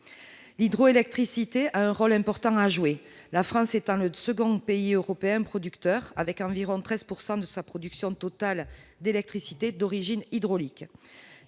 L'hydroélectricité a un rôle important à jouer, la France étant le deuxième pays européen producteur avec environ 13 % de sa production totale d'électricité d'origine hydraulique.